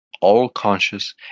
all-conscious